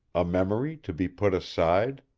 a memory to be put aside?